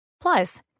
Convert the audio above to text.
Plus